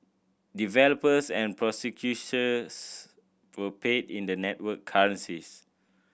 developers and processors were paid in the network currencies